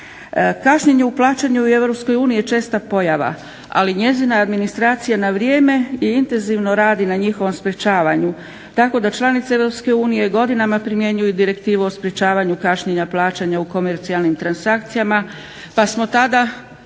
Kašnjenje u plaćanju u Europskoj uniji je česta pojava, ali njezina administracija na vrijeme i intenzivno radi na njihovom sprečavanju, tako da članice Europske unije godinama primjenjuju direktivu o sprečavanju kašnjenja plaćanja u komercijalnim transakcijama pa smo tada